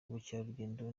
ubukerarugendo